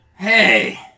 Hey